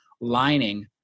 lining